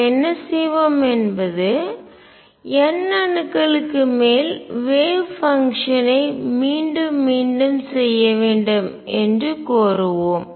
நாம் என்ன செய்வோம் என்பது n அணுக்களுக்கு மேல் வேவ் பங்ஷன் ஐ அலை செயல்பாடு மீண்டும் மீண்டும் செய்ய வேண்டும் என்று கோருவோம்